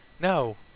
No